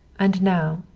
and now,